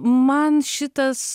man šitas